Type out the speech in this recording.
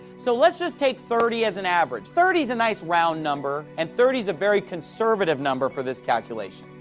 so let's just take thirty as an average. thirty is a nice round number, and thirty is a very conservative number for this calculation.